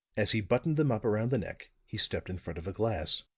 as he buttoned them up around the neck he stepped in front of a glass.